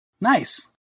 Nice